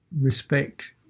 respect